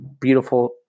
beautiful